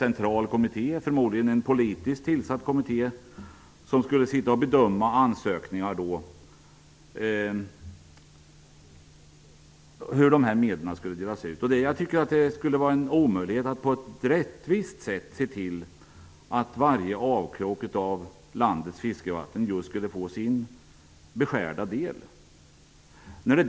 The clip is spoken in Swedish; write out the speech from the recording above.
En förmodligen politiskt tillsatt central kommitté skulle då bedöma ansökningar om tilldelning av sådana medel. Jag tycker att det skulle vara en omöjlighet att på ett rättvist sätt se till att varje avkrok av landets fiskevatten skulle få sin beskärda del.